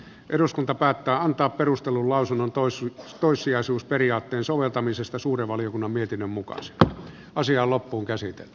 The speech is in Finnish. eduskunta päättää antaa perustellun lausunnon toismi toissijaisuusperiaatteen soveltamisesta suuren valiokunnan mietinnön mukaan asioita voidaan hoitaa